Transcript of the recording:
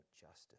justice